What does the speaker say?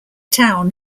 town